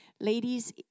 Ladies